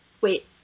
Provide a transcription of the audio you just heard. wait